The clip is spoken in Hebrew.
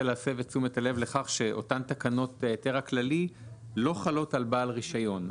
להסב את תשומת הלב לכך שאותן תקנות היתר הכללי לא חלות על בעל רישיון.